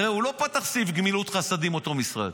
הרי הוא לא פתח סעיף גמילות חסדים, אותו משרד.